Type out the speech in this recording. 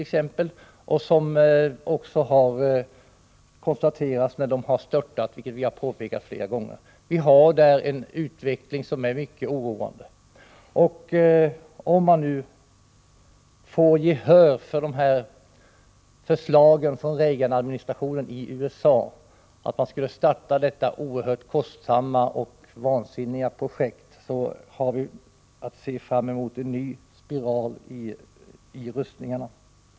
Det har konstaterats när de har störtat, vilket vi har påpekat flera gånger. Det är en utveckling som är mycket oroande. Om nu Reaganadministrationen i USA får gehör för sina förslag om att man skall starta detta oerhört kostsamma och vansinniga projekt, har vi att se fram emot en ny spiral i rustningarna.